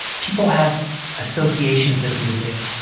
people have associations with music.